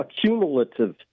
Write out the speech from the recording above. cumulative